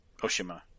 Oshima